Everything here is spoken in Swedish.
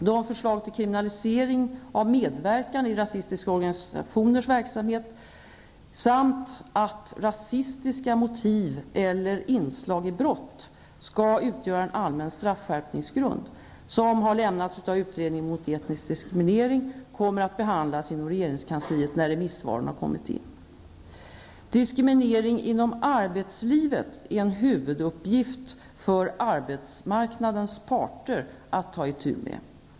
De förslag till kriminalisering av medverkan i rasistiska organisationers verksamhet samt att rasistiska motiv eller inslag i brott skall utgöra en allmän straffskärpningsgrund, som har lämnats av utredningen mot etnisk diskriminering, kommer att behandlas inom regeringskansliet när remissvaren har kommit in. Diskriminering inom arbetslivet är en huvuduppgift för arbetsmarknadens parter att ta itu med.